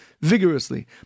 vigorously